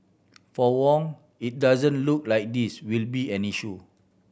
for Wong it doesn't look like this will be an issue